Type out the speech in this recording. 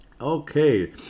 Okay